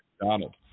Donald